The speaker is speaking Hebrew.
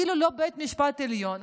אילולא בית המשפט העליון,